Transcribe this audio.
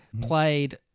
played